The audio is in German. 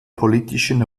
politischen